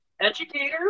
educator